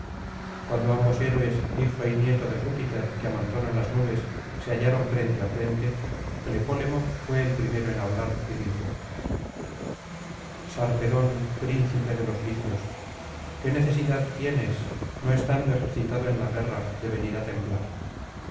cuando ambos héroes hijo y nieto de júpiter que amontona las nubes se hallaron frente á frente tlepólemo fué el primero en hablar y dijo sarpedon príncipe de los licios qué necesidad tienes no estando ejercitado en la guerra de venir á temblar